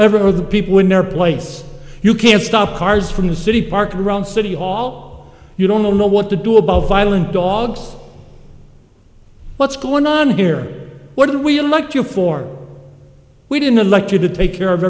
over the people in their plates you can stop cars from the city park around city hall you don't know what to do about violent dogs what's going on here what do we like you for we didn't elect you to take care of